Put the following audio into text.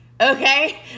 Okay